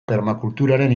permakulturaren